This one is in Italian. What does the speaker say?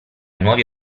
nuovi